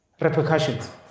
repercussions